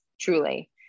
truly